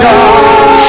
God